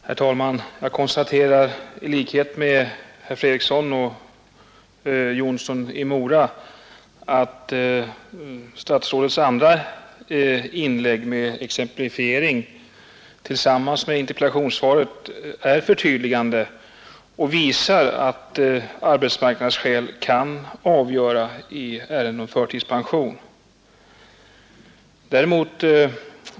Herr talman! Jag konstaterar i likhet med herr Fredriksson och herr Jonsson i Mora att statsrådets andra inlägg och exemplifiering tillsammans med interpellationssvaret är förtydligande och visar att arbetsmarknadsskäl kan vara avgörande i ärenden om förtidspension.